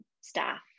staff